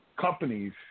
companies